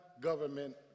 government